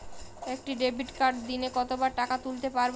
একটি ডেবিটকার্ড দিনে কতবার টাকা তুলতে পারব?